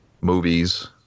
movies